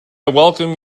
welcome